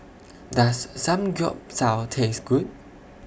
Does Samgyeopsal Taste Good